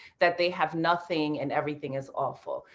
that they have nothing and everything is awful,